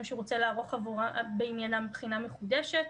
שהוא רוצה לערוך בעניינם בחינה מחודשת.